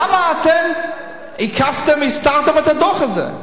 למה אתם הסתרתם את הדוח הזה?